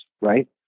right